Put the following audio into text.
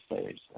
stage